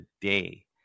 day